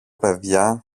παιδιά